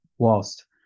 whilst